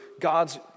God's